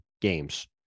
games